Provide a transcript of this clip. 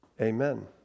Amen